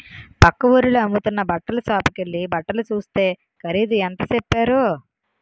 పక్క వూరిలో అమ్ముతున్న బట్టల సాపుకెల్లి బట్టలు సూస్తే ఖరీదు ఎంత సెప్పారో